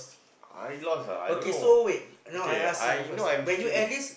I lost ah I don't know okay I know I am skinny